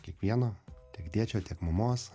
kiekvieno tiek tėčio tiek mamos